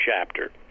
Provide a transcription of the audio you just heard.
chapter